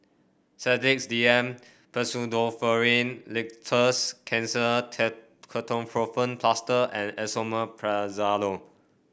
Sedilix D M Pseudoephrine Linctus Kenhancer Ketoprofen Plaster and Esomeprazole